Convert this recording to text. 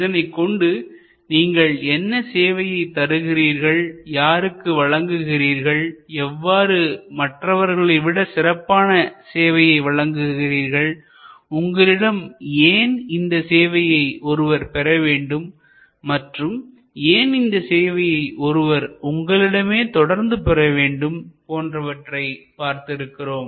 இதனைக் கொண்டு நீங்கள் என்ன சேவையை தருகிறீர்கள் யாருக்கு வழங்குகிறீர்கள் எவ்வாறு மற்றவர்களை விட சிறப்பான சேவையை வழங்குகிறார்கள்உங்களிடம் ஏன் இந்த சேவையை ஒருவர் பெற வேண்டும் மற்றும் ஏன் இந்த சேவையை ஒருவர் உங்களிடமே தொடர்ந்து பெற வேண்டும் போன்றவற்றை பார்த்திருக்கிறோம்